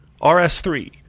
RS3